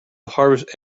harvest